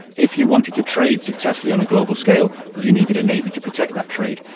if you wanted to trade successfully on a global scale you needed a navy to protect that trade.